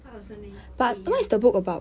why 有声音 okay ya